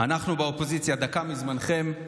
דקה מזמנכם.